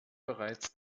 bereits